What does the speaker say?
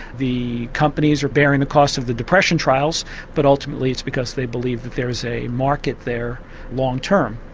the companies are bearing the cost of the depression trials but ultimately it's because they believe that there's a market there long-term.